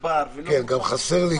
שלא תעלה על 28